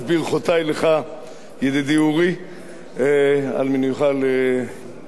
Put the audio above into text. ידידי אורי, על מינויך ליושב-ראש הכנסת, תודה.